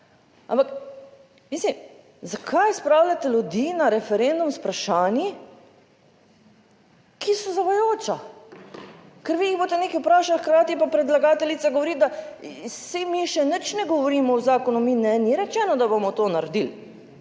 Ampak mislim, zakaj spravljate ljudi na referendum z vprašanji, ki so zavajajoča, ker vi jih boste nekaj vprašali, hkrati pa predlagateljica govori, da saj mi še nič ne govorimo o zakonu, mi ne, ni rečeno, da bomo to naredili.